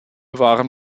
waren